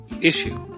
issue